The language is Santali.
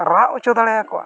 ᱨᱟᱜ ᱦᱚᱪᱚ ᱫᱟᱲᱮᱭ ᱟᱠᱚᱣᱟ